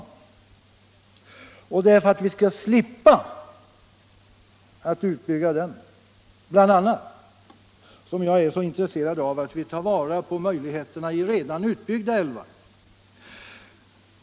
Det är bl.a. för att vi skall slippa bygga ut den som jag är så intresserad av att vi tar vara på möjligheterna i redan utbyggda älvar.